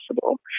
possible